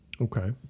Okay